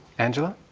angela?